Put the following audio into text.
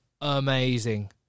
amazing